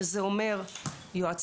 שזה אומר יועצים,